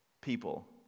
people